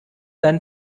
than